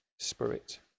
spirit